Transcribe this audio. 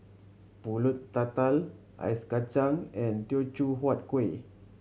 Pulut Tatal Ice Kachang and Teochew Huat Kuih